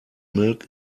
milk